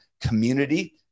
community